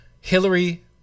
Hillary